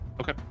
okay